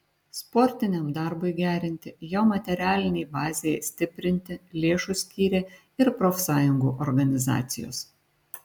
sportiniam darbui gerinti jo materialinei bazei stiprinti lėšų skyrė ir profsąjungų organizacijos